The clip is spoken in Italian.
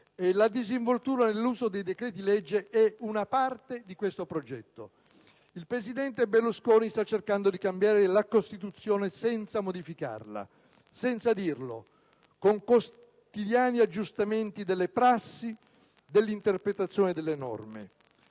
La disinvoltura nell'uso dei decreti-legge è una parte di questo progetto. Il presidente Berlusconi sta cercando di cambiare la Costituzione senza modificarla, senza dirlo, con quotidiani aggiustamenti delle prassi e dell'interpretazione delle norme